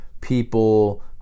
people